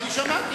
אני שמעתי.